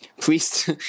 please